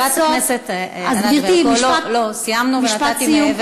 בטח שלא לרצות, לא, סיימנו ונתתי מעבר.